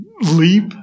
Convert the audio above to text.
leap